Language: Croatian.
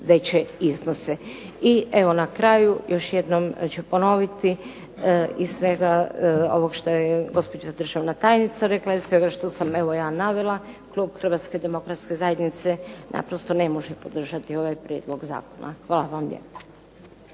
veće iznose. I evo na kraju još jednom ću ponoviti iz svega ovog što je gospođa državna tajnica rekla i iz svega što sam evo ja navela, klub Hrvatske demokratske zajednice naprosto ne može podržati ovaj prijedlog zakona. Hvala vam lijepa.